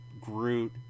Groot